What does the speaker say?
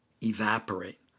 evaporate